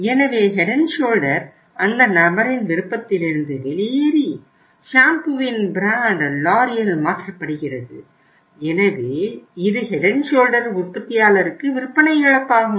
எனவே Head and Shoulder அந்த நபரின் விருப்பத்திலிருந்து வெளியேறி ஷாம்பூவின் பிராண்ட் LOreal மாற்றப்படுகிறது எனவே இது Head and Shoulder உற்பத்தியாளருக்கு விற்பனை இழப்பாகும்